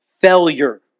failure